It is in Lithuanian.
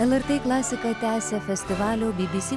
lrt klasika tęsia festivalio bibisi